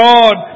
God